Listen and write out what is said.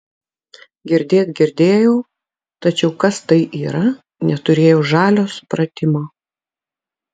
girdėt girdėjau tačiau kas tai yra neturėjau žalio supratimo